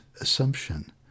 assumption